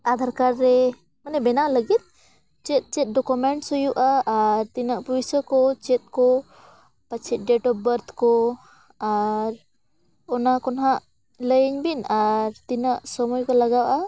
Aadhaar card ᱨᱮ ᱢᱟᱱᱮ ᱵᱮᱱᱟᱣ ᱞᱟᱹᱜᱤᱫ ᱪᱮᱫ ᱪᱮᱫ ᱰᱚᱠᱳᱢᱮᱱᱴᱥ ᱦᱩᱭᱩᱜᱼᱟ ᱟᱨ ᱛᱤᱱᱟᱹᱜ ᱯᱩᱭᱥᱟᱹ ᱠᱚ ᱪᱮᱫ ᱠᱚ ᱯᱟᱪᱮᱫ ᱰᱮᱴ ᱚᱯᱷ ᱵᱟᱨᱛᱷ ᱠᱚ ᱟᱨ ᱚᱱᱟ ᱠᱚ ᱱᱟᱦᱟᱜ ᱞᱟᱹᱭᱟᱹᱧ ᱵᱤᱱ ᱟᱨ ᱛᱤᱱᱟᱹᱜ ᱥᱳᱢᱚᱭ ᱠᱚ ᱞᱟᱜᱟᱜᱼᱟ